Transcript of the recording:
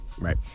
Right